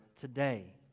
today